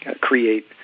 create